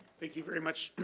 thank you very much,